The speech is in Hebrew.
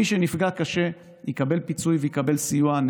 מי שנפגע קשה יקבל פיצוי ויקבל סיוע.